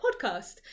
Podcast